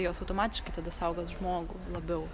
jos automatiškai tada saugos žmogų labiau